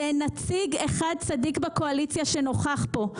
ואין נציג אחד צדיק בקואליציה שנוכח פה.